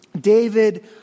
David